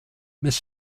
mrs